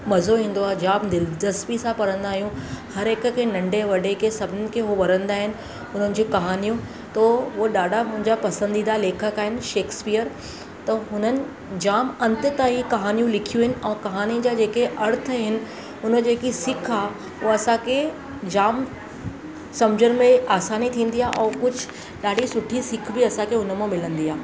मज़ो ईंदो आहे जामु दिलचस्पी सां पढ़ंदा आहियूं हर हिक खे नंढे वॾे खे सभीनि खे हू वणंदा आहिनि उन जी कहानियूं थो उहो ॾाढा मुंहिंजा पसंदीदा लेखक आहिनि शेक्सपियर त हुननि जामु अंत ताईं कहानियूं लिखियूं आहिनि ऐं कहानी जा जेके अर्थ आहिनि त उन जेकी सीख आहे उहा असांखे जामु समुझण में आसानी थींदी आहे ऐं कुझु ॾाढी सुठी सीख बि असांखे उन मां मिलंदी आहे